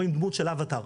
רואים דמות של אוותר,